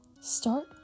Start